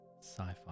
sci-fi